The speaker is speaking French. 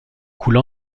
coule